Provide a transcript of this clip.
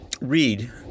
read—